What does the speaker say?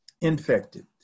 infected